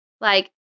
like-